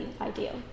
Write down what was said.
ideal